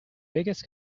biggest